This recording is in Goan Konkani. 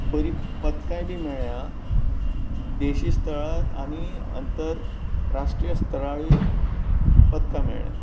बरी पदकांय बी मेळ्ळा देशी स्थर आनी अंतर राष्ट्रीय स्थरार पदकां मेळ्ळा